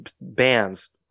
bands